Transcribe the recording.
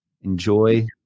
enjoy